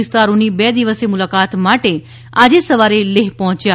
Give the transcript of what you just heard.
વિસ્તારોની બે દિવસીય મુલાકાત માટે આજે સવારે લેહ પહોંચ્યા